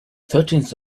thirteenth